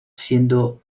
siendo